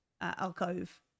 Alcove